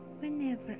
Whenever